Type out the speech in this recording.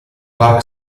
park